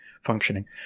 functioning